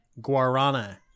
guarana